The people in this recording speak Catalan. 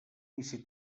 vici